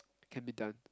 can be done